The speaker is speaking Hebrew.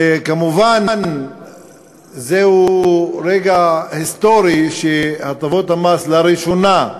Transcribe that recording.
וכמובן, זהו רגע היסטורי שלראשונה,